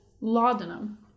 laudanum